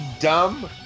dumb